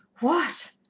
what?